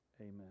amen